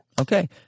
Okay